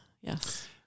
yes